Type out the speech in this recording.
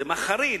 זה מחריד.